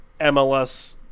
MLS